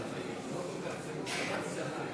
אנא הואילו לאפשר לחבר הכנסת כץ לעלות